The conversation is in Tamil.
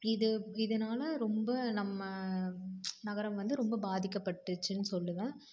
இது இதனால ரொம்ப நம்ம நகரம் வந்து ரொம்ப பாதிக்கப்பட்டுச்சுன்னு சொல்லுவேன்